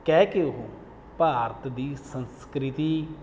ਕਹਿ ਕੇ ਉਹ ਭਾਰਤ ਦੀ ਸੰਸਕ੍ਰਿਤੀ